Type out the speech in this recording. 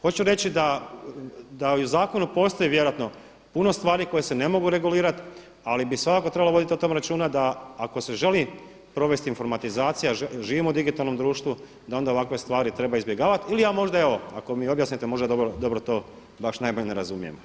Hoću reći da i u zakonu postoji vjerojatno puno stvari koje se ne mogu regulirati ali bi svakako trebalo voditi o tome računa da ako se želi provesti informatizacija, živimo u digitalnom društvu da onda ovakve stvari treba izbjegavati ili ja možda evo, ako mi objasnite možda dobro to, baš najbolje ne razumijem.